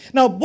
Now